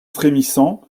frémissant